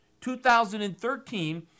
2013